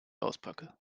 auspacke